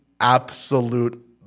absolute